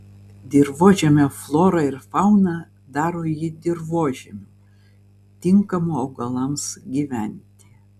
dirvožemio flora ir fauna daro jį dirvožemiu tinkamu augalams gyventi